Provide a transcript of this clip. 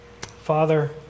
Father